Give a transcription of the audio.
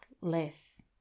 less